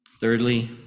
Thirdly